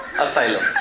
asylum